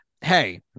hey